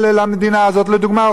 לדוגמה האוכלוסייה הערבית,